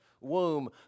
womb